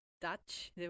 Dutch